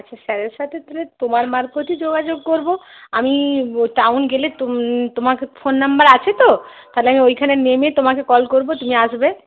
আচ্ছা স্যারের সাথে তোমার মারফতই যোগাযোগ করবো আমি টাউন গেলে তোমার কাছে ফোন নম্বর আছে তো তাহলে আমি ওইখানে নেমে তোমাকে কল করবো তুমি আসবে